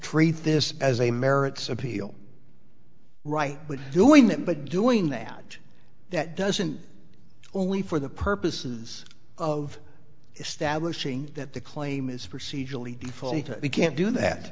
treat this as a merits appeal right but doing that but doing that that doesn't only for the purposes of establishing that the claim is procedurally you can't do that